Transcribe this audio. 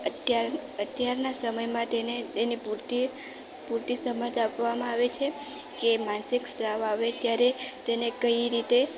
અત્યાર અત્યારના સમયમાં તેને તેને પુરતી પુરતી સમજ આપવામાં આવે છે કે માનસિક સ્ત્રાવ આવે ત્યારે તેને કઈ રીતે તે